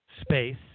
space